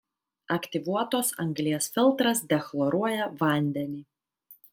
aktyvuotos anglies filtras dechloruoja vandenį